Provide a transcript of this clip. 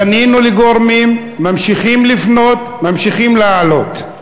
פנינו לגורמים, ממשיכים לפנות, ממשיכים להעלות.